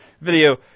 video